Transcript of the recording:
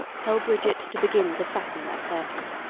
tell bridget to begin to fatten a turkey.